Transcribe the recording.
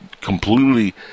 completely